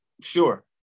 sure